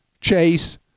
Chase